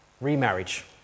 Remarriage